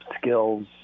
skills